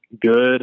good